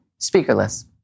speakerless